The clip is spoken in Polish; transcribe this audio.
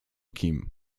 kim